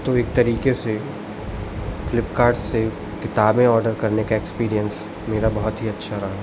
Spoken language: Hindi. तो एक तरीके से फ्लिपकार्ट से किताबें ऑर्डर करने का एक्सपीरियंस मेरा बहुत ही अच्छा रहा